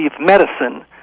medicine